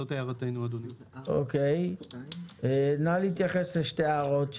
נא להתייחס לשתי ההערות.